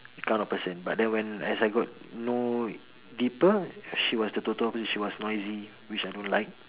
kind of person but then when as I got to know deeper she was the total opposite she was noisy which I don't like